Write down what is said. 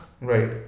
Right